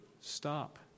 stop